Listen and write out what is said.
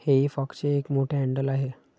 हेई फॉकचे एक मोठे हँडल आहे